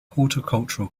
horticultural